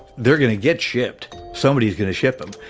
they're going to get shipped. somebody's going to ship them,